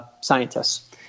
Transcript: scientists